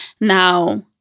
Now